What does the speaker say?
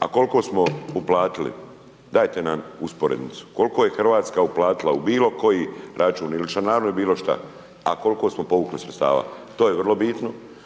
a koliko smo uplatili, dajte nam usporednicu. Koliko je Hrvatska uplatila u bilo koji račun ili članarinu ili bilo šta a koliko smo povukli sredstava. To je vrlo bitno.